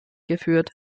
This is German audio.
geführt